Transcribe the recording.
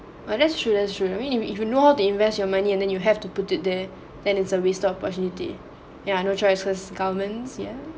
oh that's true that's true I mean if you know how to invest your money and then you have to put it there then it's a waste of opportunity yeah no choices cause governments ya